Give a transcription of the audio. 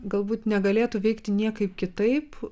galbūt negalėtų veikti niekaip kitaip